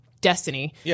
Destiny